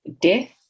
death